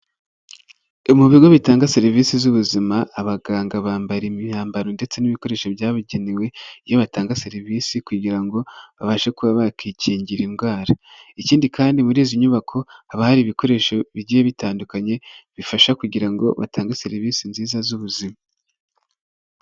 Mu bigo bitanga serivisi z'ubuzima abaganga bambara imyambaro ndetse n'ibikoresho byabigenewe iyo batanga serivisi kugira ngo babashe kuba bakikingira indwara ikindi kandi muri izi nyubakoba hari ibikoresho bigiye bitandukanye bifasha kugira ngo batange serivisi nziza z'ubuzima.